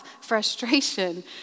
frustration